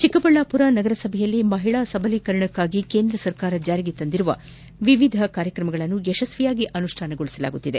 ಚಿಕ್ಕಬಳ್ಣಾಪುರ ನಗರಸಭೆಯಲ್ಲಿ ಮಹಿಳಾ ಸಬಲೀಕರಣಕ್ಕಾಗಿ ಕೇಂದ್ರ ಸರ್ಕಾರ ಜಾರಿಗೆ ತಂದಿರುವ ವಿವಿಧ ಕಾರ್ಯಕ್ರಮಗಳನ್ನು ಯಶಸ್ವಿಯಾಗಿ ಅನುಷ್ಣಾನಗೊಳಿಸಲಾಗುತ್ತಿದೆ